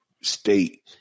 state